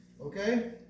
Okay